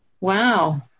wow